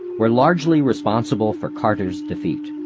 were largely responsible for carter's defeat.